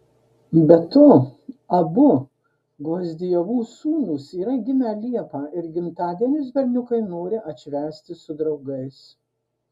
be to abu gvozdiovų sūnus yra gimę liepą ir gimtadienius berniukai nori atšvęsti su draugais